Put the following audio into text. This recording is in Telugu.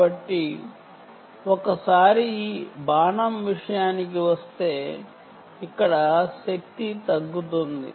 కాబట్టి ఒకసారి ఈ బాణం వరకు వస్తే ఇక్కడ శక్తి తగ్గుతుంది